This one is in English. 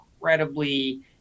incredibly